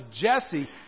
Jesse